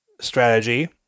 strategy